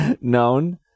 known